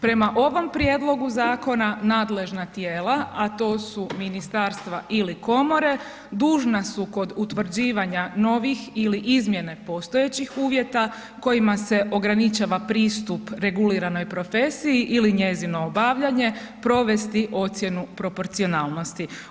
Prema ovom prijedlogu zakona nadležna tijela, a to su ministarstva ili komore dužna su kod utvrđivanja novih ili izmjene postojećih uvjeta kojima se ograničava pristup reguliranoj profesiji ili njezino obavljanje provesti ocjenu proporcionalnosti.